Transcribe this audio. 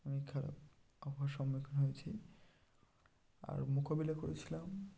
অনেক খারাপ আবহাওয়ার সম্মুখীন হয়েছি আর মোকাবিলা করেছিলাম